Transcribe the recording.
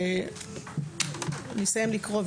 כשנסיים לקרוא,